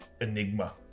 enigma